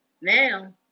Now